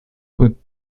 put